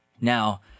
Now